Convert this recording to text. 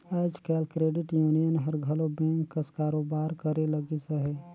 आएज काएल credit union हर घलो बेंक कस कारोबार करे लगिस अहे